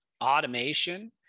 Automation